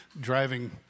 driving